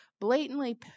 blatantly